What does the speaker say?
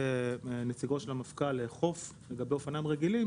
נציגו של המפכ"ל לאכוף לגבי אופניים רגילים,